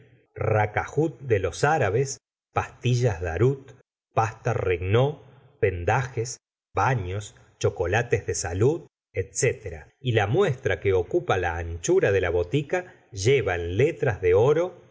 racahut de los árabes pastillas darut pasta regnault vendajes batos chocolates de salud etc y la muestra que ocupa la anchura de la botica lleva en letras de oro